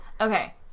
Okay